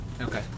Okay